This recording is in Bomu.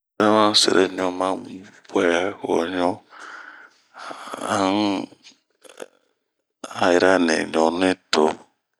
Zeremɛ serɲu ma buɛhoɲu,a un hayia ni ɲuni too.